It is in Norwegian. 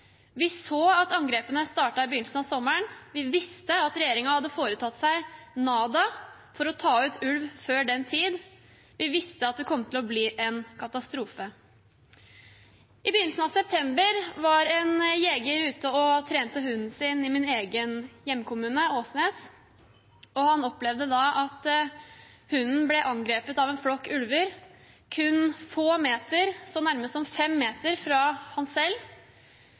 Vi så at angrepene startet i begynnelsen av sommeren, vi visste at regjeringen hadde foretatt seg «nada» for å ta ut ulv før den tid, og vi visste at det kom til å bli en katastrofe. I begynnelsen av september var en jeger ute og trente hunden sin i min egen kommune, Åsnes. Han opplevde da at hunden ble angrepet av en flokk ulver kun få meter – så nærme som fem meter – fra ham selv.